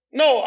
no